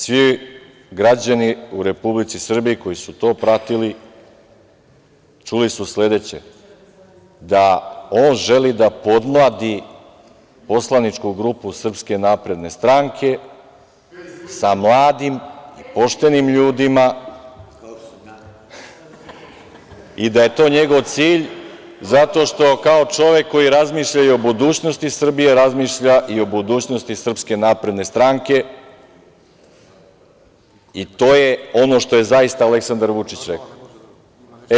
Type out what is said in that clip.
Svi građani u Republici Srbiji, koji su to pratili, čuli su sledeće – da on želi da podmladi poslaničku grupu SNS sa mladim poštenim ljudima i da je to njegov cilj zato što kao čovek koji razmišlja i o budućnosti Srbije, razmišlja i o budućnosti SNS i to je ono što je zaista Aleksandar Vučić rekao.